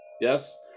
yes